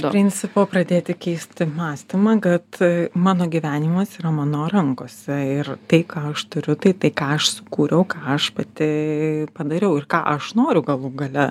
principo pradėti keisti mąstymą kad mano gyvenimas yra mano rankose ir tai ką aš turiu tai tai ką aš sukūriau ką aš pati padariau ir ką aš noriu galų gale